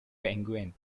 penguin